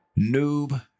Noob